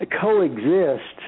coexist